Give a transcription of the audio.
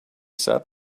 said